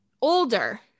older